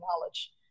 knowledge